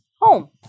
home